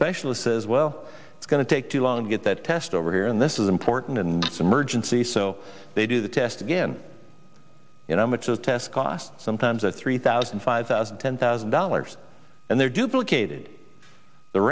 specialist says well it's going to take too long to get that test over here and this is important and emergency so they do the test again you know much of tests cost sometimes a three thousand five thousand ten thousand dollars and they're duplicated the